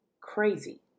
crazy